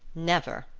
never.